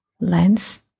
lens